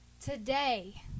Today